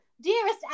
Dearest